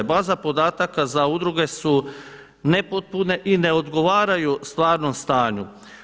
Baza podataka za udruge su nepotpune i neodgovaraju stvarnom stanju.